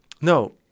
No